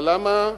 אבל למה